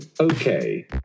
Okay